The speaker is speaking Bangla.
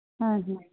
হ্যাঁ হুম